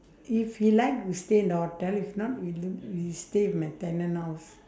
if he like we stay in the hotel if not we'll we stay with my tenant house